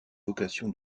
vocation